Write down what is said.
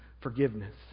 forgiveness